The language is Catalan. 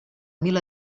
mil